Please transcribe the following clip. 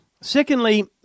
secondly